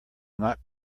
not